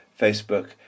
Facebook